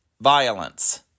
violence